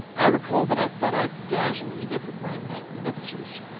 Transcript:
i recall that i thought i'd dazzle edyth with my magnificence,